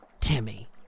Timmy